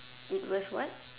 it was what